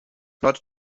not